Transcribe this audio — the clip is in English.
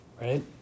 right